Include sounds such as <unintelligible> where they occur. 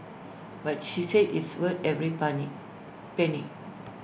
but she said it's worth every <unintelligible> penny